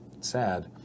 sad